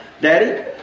Daddy